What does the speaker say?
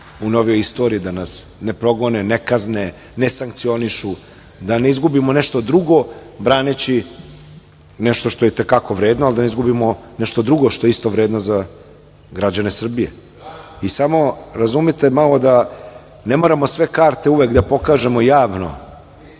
u novoj istoriji, da nas ne progone, ne kazne, ne sankcionišu, da ne izgubimo nešto drugo braneći nešto što je i te kako vredno, ali da ne izgubimo nešto drugo što je isto vredno za građane Srbije. Samo razumite malo da ne moramo sve karte uvek da pokažemo javno,